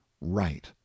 right